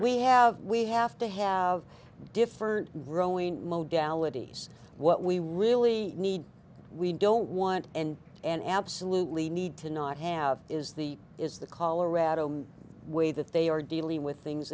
we have we have to have different growing mode galatea s what we really need we don't want and an absolutely need to not have is the is the colorado way that they are dealing with things